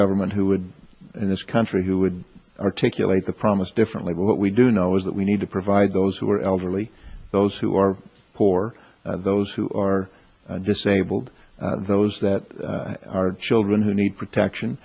government who would in this country who would articulate the promise differently but we do know is that we need to provide those who are elderly those who are poor those who are disabled those that are children who need protection